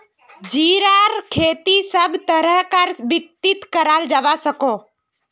जीरार खेती सब तरह कार मित्तित कराल जवा सकोह